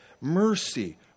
mercy